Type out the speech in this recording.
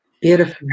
Beautiful